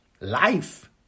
life